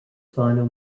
final